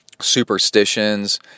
superstitions